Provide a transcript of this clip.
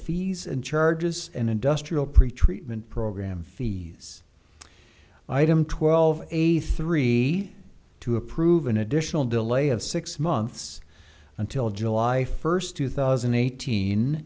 fees and charges and industrial pretreatment program fees item twelve eighty three to approve an additional delay of six months until july first two thousand and eighteen